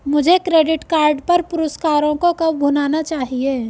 मुझे credit card पर पुरस्कारों को कब भुनाना चाहिए?